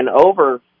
over